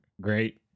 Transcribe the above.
Great